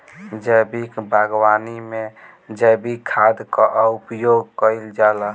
जैविक बागवानी में जैविक खाद कअ उपयोग कइल जाला